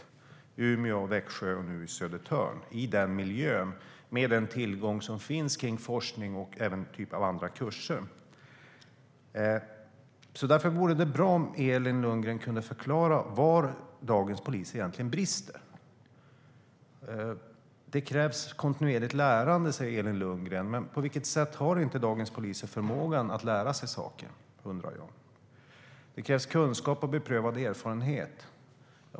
Den finns i Umeå, Växjö och nu i Södertörn i den miljön och med den tillgång som finns till forskning och även andra typer av kurser. Det vore därför bra om Elin Lundgren kunde förklara var dagens polis egentligen brister. Det krävs kontinuerligt lärande, säger Elin Lundgren. Men på vilket sätt har inte dagens poliser förmågan att lära sig saker? Det krävs kunskap och beprövad erfarenhet.